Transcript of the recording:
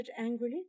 angrily